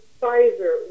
Pfizer